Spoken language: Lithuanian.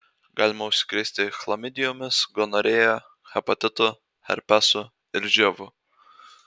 galima užsikrėsti chlamidijomis gonorėja hepatitu herpesu ir živ